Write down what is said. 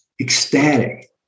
ecstatic